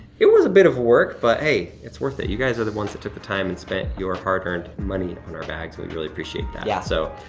it was a bit of work, but, hey, it's worth it. you guys are the ones that took the time and spent your hard earned money on our bags. we really appreciate that. yeah. so,